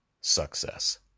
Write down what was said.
success